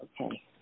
Okay